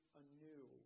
anew